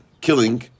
killing